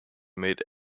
made